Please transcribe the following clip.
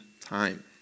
time